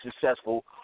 successful